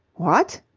what!